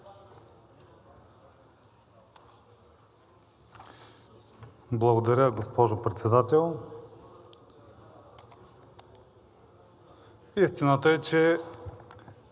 Благодаря, госпожо Председател. Истината е, че